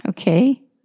Okay